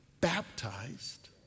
baptized